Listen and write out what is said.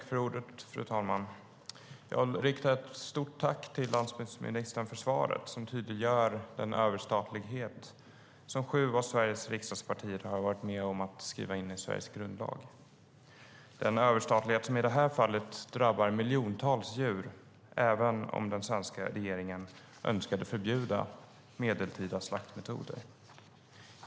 Fru talman! Jag vill rikta ett stort tack till landsbygdsministern för svaret, som tydliggör den överstatlighet som sju av Sveriges riksdagspartier har varit med om att skriva in i Sveriges grundlag, den överstatlighet som i detta fall drabbar miljontals djur även om den svenska regeringen önskade förbjuda medeltida slaktmetoder.